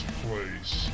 place